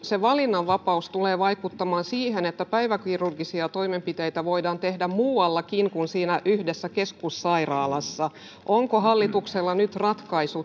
se valinnanvapaus tulee vaikuttamaan siihen että päiväkirurgisia toimenpiteitä voidaan tehdä muuallakin kuin siinä yhdessä keskussairaalassa onko hallituksella nyt ratkaisu